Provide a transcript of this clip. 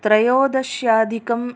त्रयोदशाधिकम्